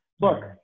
Look